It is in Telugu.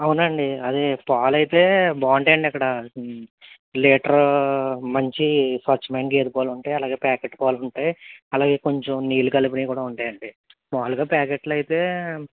అవునండి అదే పాలు అయితే బాగుంటాయండి అక్కడ లీటరు మంచి స్వచ్ఛమైన గేదె పాలు ఉంటాయి అలాగే ప్యాకెట్ పాలు ఉంటాయి అలాగే కొంచెం నీళ్ళు కలిపినవి కూడా ఉంటాయండి మాములుగా ప్యాకెట్లు అయితే